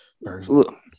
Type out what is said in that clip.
Look